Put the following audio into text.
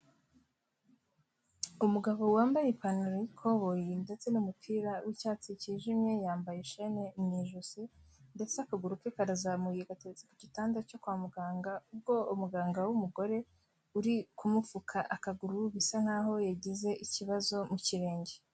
Umugabo wambaye ipantaro y'ikoboyi ndetse n'umupira w'icyatsi kijimye, yambaye ishene mu ijosi ndetse akaguru ke karazamuye gateretse ku gitanda cyo kwa muganga, ubwo umuganga w'umugore uri kumupfuka akaguru bisa nkaho yagize ikibazo mu kirenge.